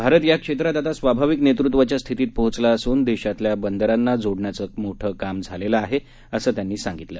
भारत या क्षेत्रात आता स्वाभाविक नेतृत्वाच्या स्थितीत पोहोचला असून देशातल्या बंदरांना जोडण्याचं मोठं काम झालेलं आहे असंही ते म्हणाले